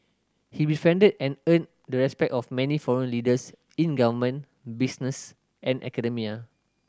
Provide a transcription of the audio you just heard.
he befriended and earned the respect of many foreign leaders in government business and academia